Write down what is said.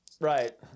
Right